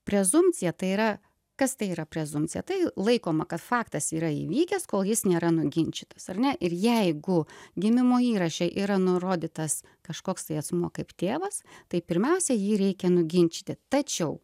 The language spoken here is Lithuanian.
prezumpcija tai yra kas tai yra prezumpcija tai laikoma kad faktas yra įvykęs kol jis nėra nuginčytas ar ne ir jeigu gimimo įraše yra nurodytas kažkoks tai asmuo kaip tėvas tai pirmiausia jį reikia nuginčyti tačiau